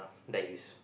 like it's